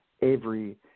Avery –